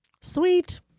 Sweet